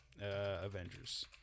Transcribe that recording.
Avengers